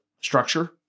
structure